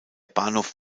bahnhof